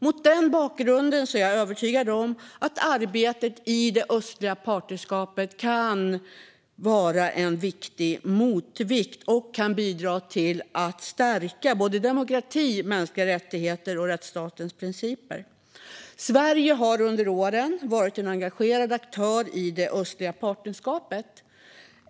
Mot den bakgrunden är jag övertygad om att arbetet i det östliga partnerskapet kan vara en viktig motvikt och bidra till att stärka demokrati, mänskliga rättigheter och rättsstatens principer. Sverige har under åren varit en engagerad aktör i det östliga partnerskapet.